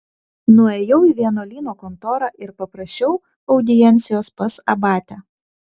nuėjau į vienuolyno kontorą ir paprašiau audiencijos pas abatę